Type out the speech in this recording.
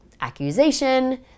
accusation